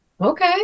okay